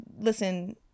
listen